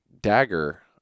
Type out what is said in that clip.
dagger